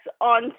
on